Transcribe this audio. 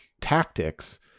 tactics